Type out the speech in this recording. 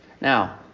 Now